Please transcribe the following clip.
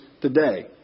today